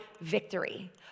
victory